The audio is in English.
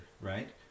right